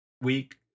week